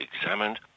examined